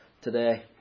today